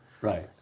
Right